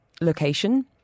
location